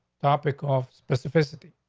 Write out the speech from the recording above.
topic off specificity.